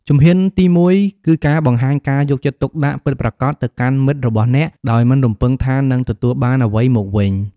ជំហានទីមួយគឺការបង្ហាញការយកចិត្តទុកដាក់ពិតប្រាកដទៅកាន់មិត្តរបស់អ្នកដោយមិនរំពឹងថានឹងទទួលបានអ្វីមកវិញ។